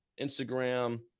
Instagram